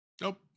Nope